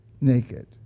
naked